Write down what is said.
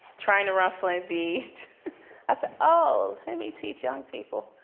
trying to run flint beat. i said oh let me teach young people.